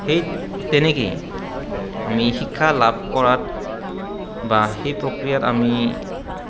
সেই তেনেকেই আমি শিক্ষা লাভ কৰাত বা সেই প্ৰক্ৰিয়াত আমি